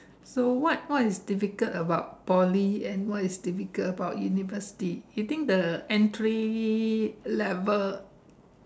so what what is difficult about Poly and what is difficult about university you think the entry level